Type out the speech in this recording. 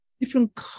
different